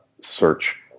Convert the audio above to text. search